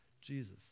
Jesus